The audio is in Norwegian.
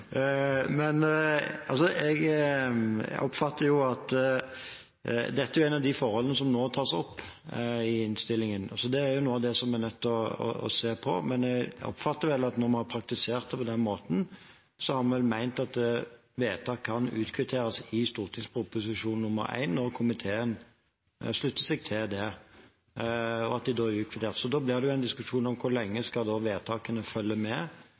Jeg oppfatter at dette er et av de forholdene som nå tas opp i innstillingen, så det er noe av det vi er nødt til å se på. Men jeg oppfatter vel at når vi har praktisert det på den måten, har vi ment at vedtak kan kvitteres ut i Prop. 1 S, når komiteen slutter seg til det, og at de da er kvittert ut. Da blir det en diskusjon om hvor lenge vedtakene skal følge med videre. Det er ofte komiteen som har gjort vedtakene